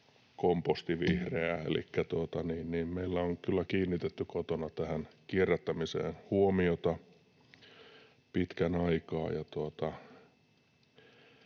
”kompostivihreä”, elikkä meillä on kyllä kiinnitetty kotona kierrättämiseen huomiota pitkän aikaa.